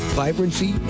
vibrancy